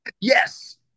Yes